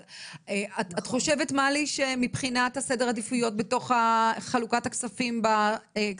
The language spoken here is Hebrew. אבל את חושבת מלי שמבחינת הסדר עדיפויות בתוך חלוקת הכספים בוועדה,